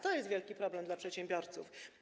To jest wielki problem dla przedsiębiorców.